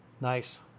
nice